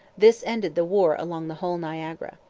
this ended the war along the whole niagara.